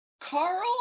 Carl